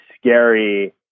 scary